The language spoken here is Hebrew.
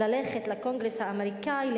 ללכת לקונגרס האמריקני,